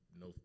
no